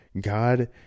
god